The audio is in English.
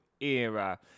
era